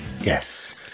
Yes